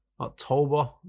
October